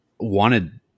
wanted